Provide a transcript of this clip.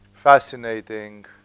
fascinating